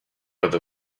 other